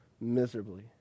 miserably